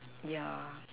yeah